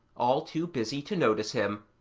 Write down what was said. all too busy to notice him